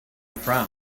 from